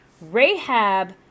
Rahab